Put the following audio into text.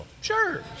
Sure